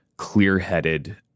clear-headed